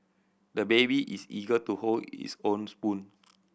the baby is eager to hold his own spoon